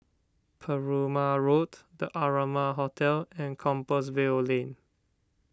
Perumal Road the Amara Hotel and Compassvale Lane